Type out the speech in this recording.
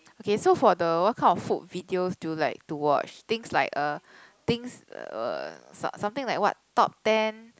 okay so for the what kind of food videos do you like to watch things like uh things uh some something like what top ten